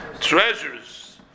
treasures